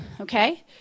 okay